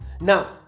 Now